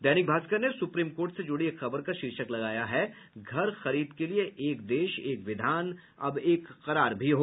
दैनिक भास्कर ने supreme court से जुड़ी एक खबर का शीर्षक लगाया है घर खरीद के लिए एक देश एक विधान अब एक करार भी हो